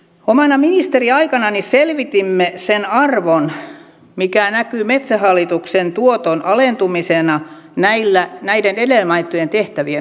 omana ministeriaikanani selvitimme sen arvon mikä näkyy metsähallituksen tuoton alentumisena näiden edellä mainittujen tehtävien hoitamiseksi